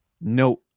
No